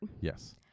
Yes